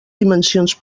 dimensions